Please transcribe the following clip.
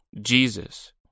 Jesus